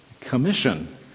commission